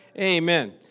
Amen